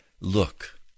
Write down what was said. Look